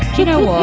you know,